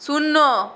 শূন্য